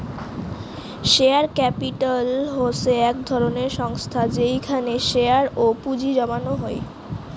share capital হসে এক ধরণের সংস্থা যেইখানে শেয়ার এ পুঁজি জমানো হই